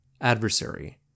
adversary